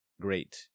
great